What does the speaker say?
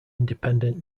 independent